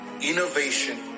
innovation